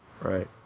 right